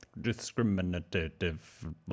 Discriminative